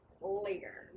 later